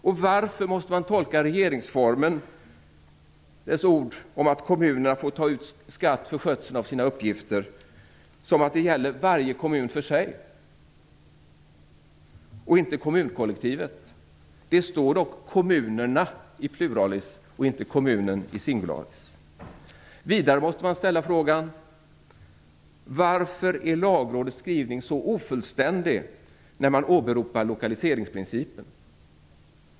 Och varför måste man tolka regeringsformens ord om att "kommunerna får taga ut skatt för skötseln av sina uppgifter" som att det gäller varje kommun för sig och inte kommunkollektivet? Det står dock Vidare måste man ställa frågan: Varför är Lagrådets skrivning så ofullständig när man åberopar lokaliseringsprincipen?